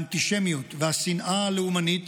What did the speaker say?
האנטישמיות והשנאה הלאומנית